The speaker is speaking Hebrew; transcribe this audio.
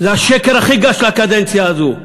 זה השקר הכי גס של הקדנציה הזו,